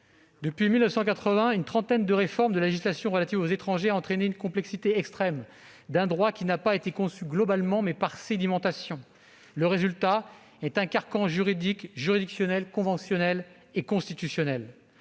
Depuis 1980, une trentaine de réformes de la législation relative aux étrangers a rendu d'une complexité extrême un droit qui n'a pas été conçu globalement, mais par sédimentation. Le résultat est un carcan juridique, juridictionnel, conventionnel et constitutionnel.